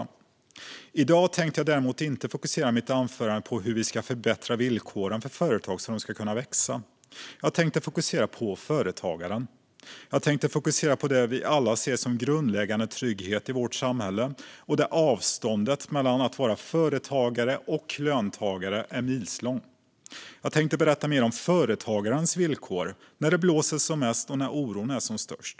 I mitt anförande i dag tänker jag dock inte fokusera på hur vi ska förbättra villkoren för företag för att de ska kunna växa. Jag tänker fokusera på företagaren. Jag tänker fokusera på det vi alla ser som en grundläggande trygghet i vårt samhälle och på att avståendet mellan att vara företagare och löntagare är milslångt. Jag tänker berätta mer om företagarens villkor när det blåser som mest och när oron är som störst.